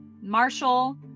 Marshall